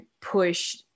push